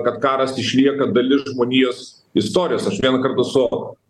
kad karas išlieka dalis žmonijos istorijos aš vienąkart esu